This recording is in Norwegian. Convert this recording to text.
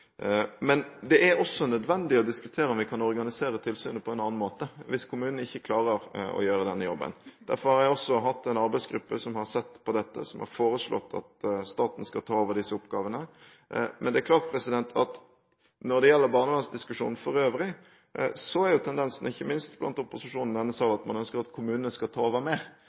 Men det er også nødvendig å diskutere om vi kan organisere tilsynet på en annen måte, hvis kommunene ikke klarer å gjøre den jobben. Derfor har jeg også hatt en arbeidsgruppe som har sett på dette, og som har foreslått at staten skal ta over disse oppgavene. Men når det gjelder barnevernsdiskusjonen for øvrig, er tendensen ikke minst blant opposisjonen i denne sal at man ønsker at kommunene skal ta over